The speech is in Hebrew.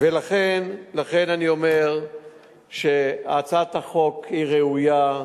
לכן אני אומר שהצעת החוק היא ראויה,